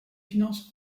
finances